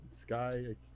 Sky